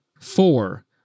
Four